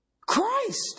Christ